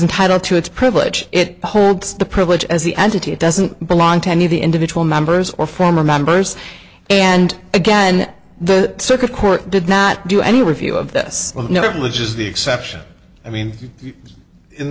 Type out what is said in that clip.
entitled to it's privilege it holds the privilege as the entity it doesn't belong to any of the individual members or former members and again the circuit court did not do any review of this never which is the exception i mean in